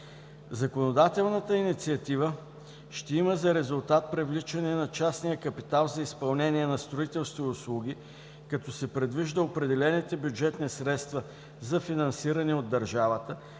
Законодателната инициатива ще има за резултат привличане на частния капитал за изпълнение на строителство и услуги, като се предвижда определените бюджетни средства за финансиране от държавата